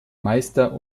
meister